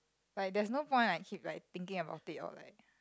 like there's no point like keep like thinking about it or like